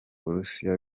burusiya